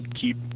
keep